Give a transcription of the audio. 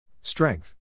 Strength